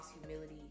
humility